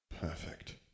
Perfect